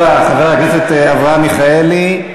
הדובר הבא, חבר הכנסת אברהם מיכאלי,